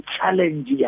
challenge